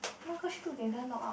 oh my gosh took the other knob out